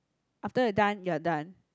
after you're done you're done